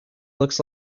looks